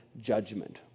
judgment